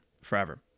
Forever